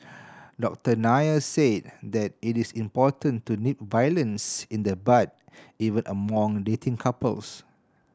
Doctor Nair said that it is important to nip violence in the bud even among dating couples